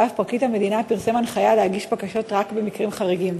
ואף פרקליט המדינה פרסום הנחיה להגיש בקשות רק במקרים חריגים.